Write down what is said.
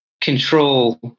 control